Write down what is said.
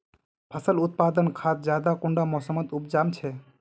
फसल उत्पादन खाद ज्यादा कुंडा मोसमोत उपजाम छै?